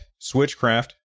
Switchcraft